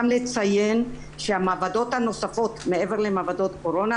לציין שהמעבדות הנוספות מעבר למעבדות קורונה,